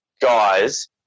guys